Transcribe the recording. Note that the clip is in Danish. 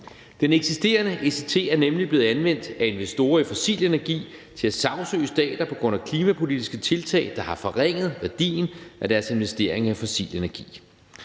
Den eksisterende ECT er nemlig blevet anvendt af investorer i fossil energi til at sagsøge stater på grund af klimapolitiske tiltag, der har forringet værdien af deres investeringer i fossil energi.